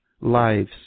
lives